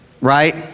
right